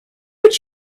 what